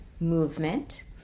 movement